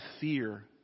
fear